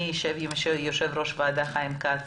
אני אשב עם יושב-ראש הוועדה חיים כץ